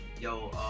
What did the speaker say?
Yo